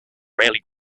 rarely